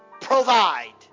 provide